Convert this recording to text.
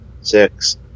six